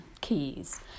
keys